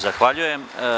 Zahvaljujem.